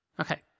Okay